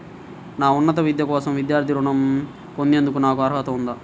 నా ఉన్నత విద్య కోసం విద్యార్థి రుణం పొందేందుకు నాకు అర్హత ఉందా?